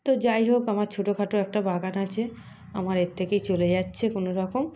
তো যাই হোক আমার ছোটো খাটো একটা বাগান আছে আমার এর থেকেই চলে যাচ্ছে কোনো রকম